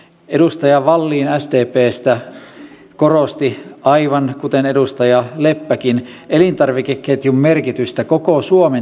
edustaja wallin sdpstä korosti aivan kuten edustaja leppäkin elintarvikeketjun merkitystä koko suomen työllisyydelle